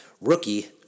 rookie